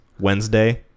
Wednesday